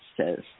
says